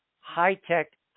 high-tech